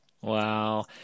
Wow